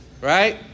right